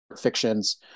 fictions